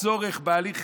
הצורך בהליך,